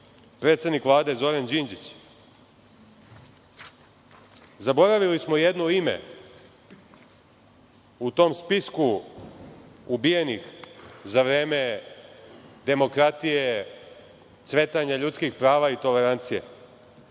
predsednik Vlade Zoran Đinđić? Zaboravili smo jedno ime u tom spisku ubijenih za vreme demokratije, cvetanja ljudskih prava i tolerancije.